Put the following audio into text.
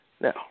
Now